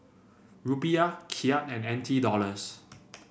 Rupiah Kyat and N T Dollars